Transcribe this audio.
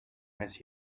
miss